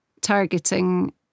targeting